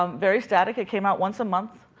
um very static. it came out once a month.